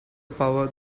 power